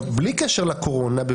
בלי קשר לקורונה,